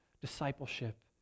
discipleship